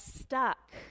stuck